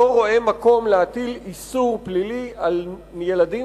לא רואה מקום להטיל איסור פלילי על ילדים